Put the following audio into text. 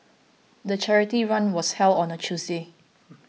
the charity run was held on a Tuesday